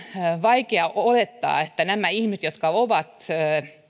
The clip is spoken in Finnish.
vaikea olettaa että näillä ihmisillä jotka